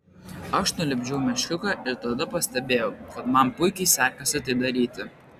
aš nulipdžiau meškiuką ir tada pastebėjau kad man puikiai sekasi tai daryti